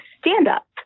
stand-up